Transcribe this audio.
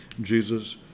Jesus